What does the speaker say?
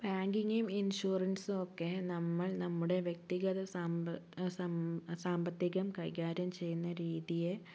ബാങ്കിംഗും ഇൻഷുറൻസും ഒക്കെ നമ്മൾ നമ്മുടെ വ്യക്തിഗത സമ്പ് സാമ്പത്തികം കൈകാര്യം ചെയ്യുന്ന രീതിയെ